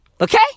Okay